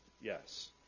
Yes